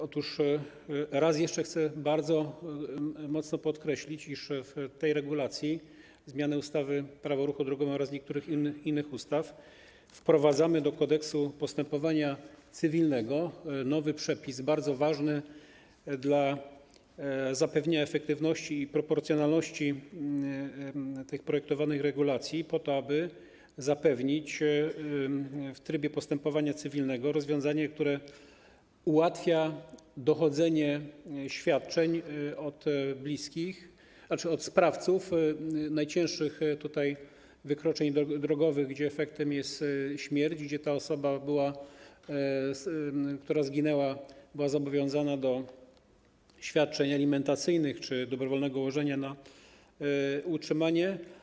Otóż raz jeszcze chcę bardzo mocno pokreślić, iż w tej regulacji, w zmianie ustawy - Prawo o ruchu drogowym oraz niektórych innych ustaw wprowadzamy do Kodeksu postępowania cywilnego nowy przepis, bardzo ważny dla zapewnienia efektywności i proporcjonalności projektowanych regulacji, po to, aby zapewnić w trybie postępowania cywilnego rozwiązanie, które ułatwia dochodzenie świadczeń od sprawców najcięższych wykroczeń drogowych, gdzie efektem jest śmierć, gdzie osoba, która zginęła, była zobowiązana do świadczeń alimentacyjnych czy dobrowolnego łożenia na utrzymanie.